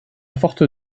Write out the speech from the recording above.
forte